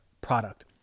product